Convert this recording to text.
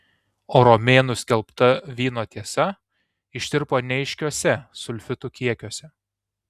o romėnų skelbta vyno tiesa ištirpo neaiškiuose sulfitų kiekiuose